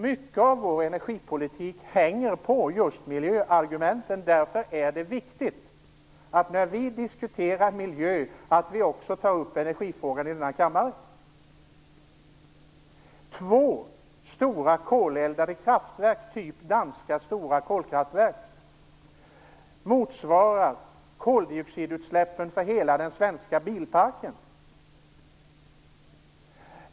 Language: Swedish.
Mycket av vår energipolitik hänger just på miljöargumenten. Därför är det viktigt när vi diskuterar miljö i denna kammare att vi också tar upp energifrågan. Utsläppen från två stora koleldade kraftverk av typen stora danska kolkraftverk motsvarar koldioxidutsläppen för hela den svenska bilparken.